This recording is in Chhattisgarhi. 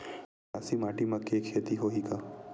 मटासी माटी म के खेती होही का?